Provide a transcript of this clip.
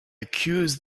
accuse